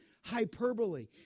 hyperbole